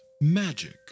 Magic